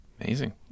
Amazing